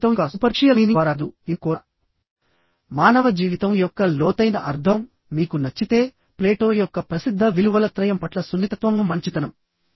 మానవ జీవితం యొక్క సూపర్ఫీషియల్ మీనింగ్ ద్వారా కాదు ఇన్నర్ కోర్ఃమానవ జీవితం యొక్క లోతైన అర్ధం మీకు నచ్చితే ప్లేటో యొక్క ప్రసిద్ధ విలువల త్రయం పట్ల సున్నితత్వంః మంచితనం